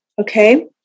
Okay